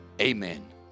amen